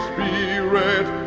Spirit